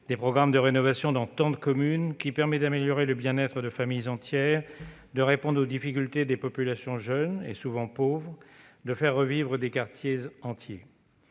des programmes de rénovation dans de nombreuses communes, qui permet d'améliorer le bien-être de familles entières, de répondre aux difficultés des populations jeunes et souvent pauvres, de faire revivre des quartiers entiers.